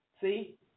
see